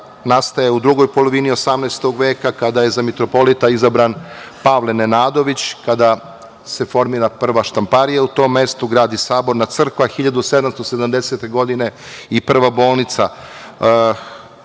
nastaje u drugoj polovini 18 veka kada je za mitropolita izabran Pavle Nenadović, kada se formira prva štamparija u tom mestu, gradi Saborna crkva 1770. godine i prva bolnica. Značaj